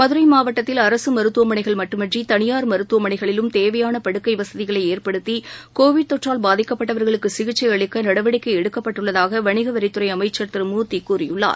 மதுரைமாவட்டத்தில் அரசுமருத்துவமளைகள் மட்டுமின்றி தளியார் மருத்துவமளைகளிலும் தேவையானபடுக்கைவசதிகளைஏற்படுத்தி கோவிட் கொற்றால் பாதிக்கப்பட்டவர்களுக்குசிகிச்சைஅளிக்கநடவடிக்கைஎடுக்கப்பட்டுள்ளதாக வணிகவரித்துறைஅமைச்சர் திருபிமூர்த்திகூறியுள்ளார்